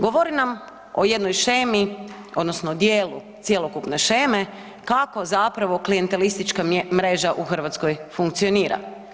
Govori nam o jednoj shemi odnosno dijelu cjelokupne sheme kako zapravo klijantelistička mreža u Hrvatskoj funkcionira.